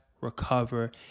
recover